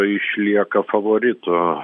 išlieka favoritu